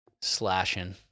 slashing